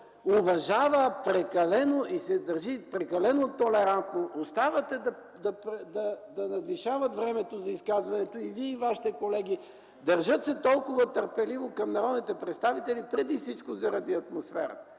уважава прекалено и се държи прекалено толерантно, оставя да надвишават времето за изказване – и Вие, и Вашите колеги. Държат се толкова търпеливо към народните представители, преди всичко заради атмосферата!